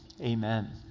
Amen